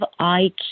IQ